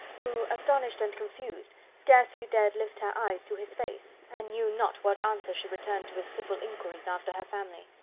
who, astonished and confused, scarcely dared lift her eyes to his face, and knew not what answer she returned to his civil inquiries after her family.